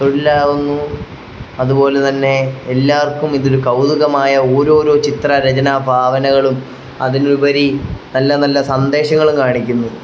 തൊഴിലാകുന്നു അതുപോലെ തന്നെ എല്ലാവർക്കും ഇതൊരു കൗതുകമായ ഓരോരോ ചിത്രരചന ഭാവനകളും അതിനുപരി നല്ല നല്ല സന്ദേശങ്ങളും കാണിക്കുന്നു